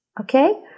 Okay